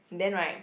then right